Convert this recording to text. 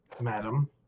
Madam